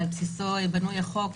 שעל בסיסו בנוי החוק,